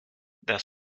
das